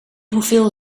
hoeveel